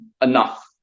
enough